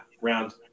round